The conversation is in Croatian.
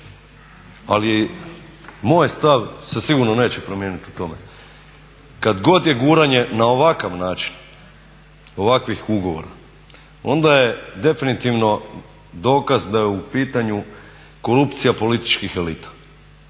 Ali moj stav se sigurno neće promijeniti o tome. Kad god je guranje na ovakav način ovakvih ugovora onda je definitivno dokaz da je u pitanju korupcija političkih elita.